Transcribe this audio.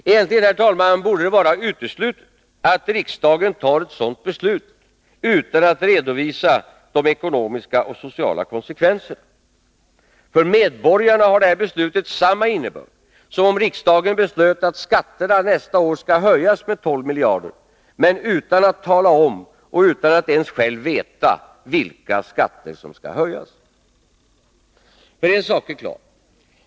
Egentligen, herr talman, borde det vara uteslutet att riksdagen tar ett sådant beslut utan att redovisa den ekonomiska och sociala konsekvensen. För medborgarna har beslutet samma innebörd som om riksdagen beslöt att skatterna nästa år skall höjas med 12 miljarder men utan att tala om och utan att ens själv veta vilka skatter som skall höjas. För en sak är klar.